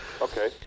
Okay